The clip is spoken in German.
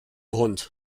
hund